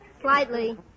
slightly